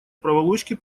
проволочки